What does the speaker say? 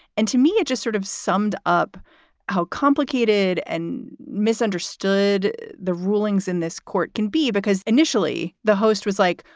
and to me, it just sort of summed up how complicated and misunderstood the rulings in this court can be, because initially the host was like,